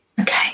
okay